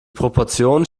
proportionen